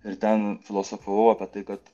ir ten filosofavau apie tai kad